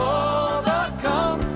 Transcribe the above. overcome